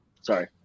Sorry